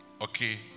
okay